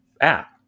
app